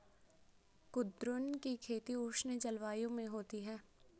कुद्रुन की खेती उष्ण जलवायु में होती है